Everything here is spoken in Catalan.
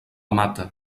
mata